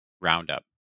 Roundup